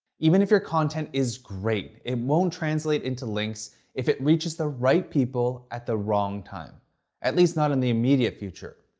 even if your content is great, it won't translate into links if it reaches the right people at the wrong time at least not in the immediate future.